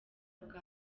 bwa